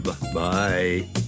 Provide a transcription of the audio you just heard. Bye